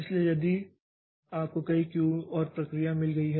इसलिए यदि आपको कई क्यू और प्रक्रिया मिल गई है